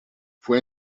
fue